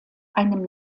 einem